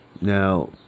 now